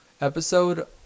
episode